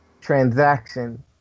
transaction